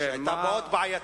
שהיתה מאוד בעייתית.